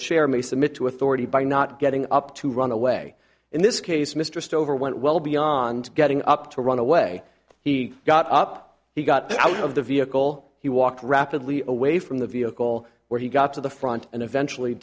chair may submit to authority by not getting up to run away in this case mr stover went well beyond getting up to run away he got up he got out of the vehicle he walked rapidly away from the vehicle where he got to the front and eventually